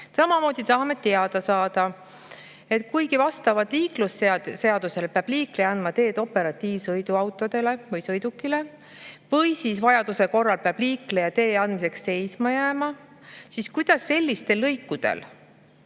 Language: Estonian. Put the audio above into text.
Samamoodi tahame teada saada, et kuigi vastavalt liiklusseadusele peab liikleja andma teed operatiivsõidukile ja vajaduse korral peab liikleja tee andmiseks seisma jääma, siis kuidas sellistel lõikudel